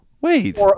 Wait